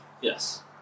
Yes